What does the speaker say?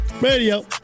Radio